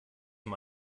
zum